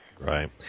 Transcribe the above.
Right